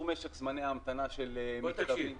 משך זמני ההמתנה של מכתבים וחבילות.